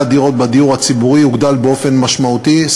הדירות בדיור הציבורי יוגדל באופן משמעותי.